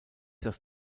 das